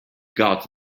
got